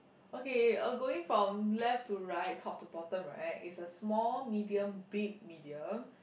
okay uh going from left to right top to bottom right is a small medium big medium